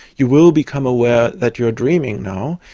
you will become aware that you're dreaming now.